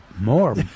more